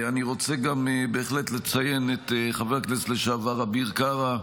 אני רוצה גם בהחלט לציין את חבר הכנסת לשעבר אביר קארה,